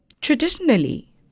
Traditionally